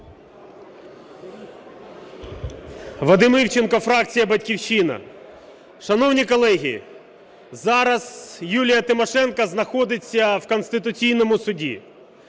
Вадим Івченко, фракція "Батьківщина". Шановні колеги, зараз Юлія Тимошенко знаходиться в Конституційному Суді